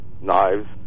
knives